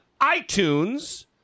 itunes